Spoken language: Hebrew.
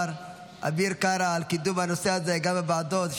אביר קארה על קידום הנושא הזה גם בוועדות.